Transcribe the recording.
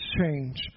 change